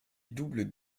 double